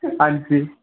हां जी